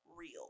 real